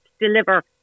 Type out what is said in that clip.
deliver